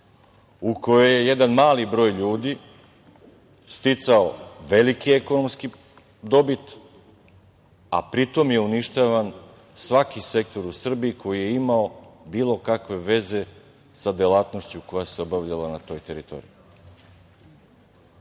u kojoj je jedan mali broj ljudi sticao veliku ekonomsku dobit, a pri tom je uništavan svaki sektor u Srbiji koji je imao bilo kakve veze sa delatnošću koja se obavljala na toj teritoriji. Početak